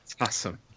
Awesome